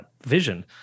vision